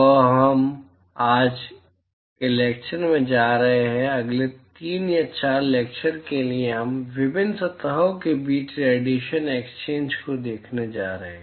तो अब हम आज के लैक्चर में जा रहे हैं अगले तीन या चार लैक्चरो के लिए हम विभिन्न सतहों के बीच रेडिएशन एक्सचेंज को देखने जा रहे हैं